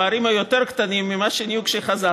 הפערים היו יותר קטנים ממה שנהיו כשחזרת.